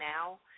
now